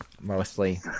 mostly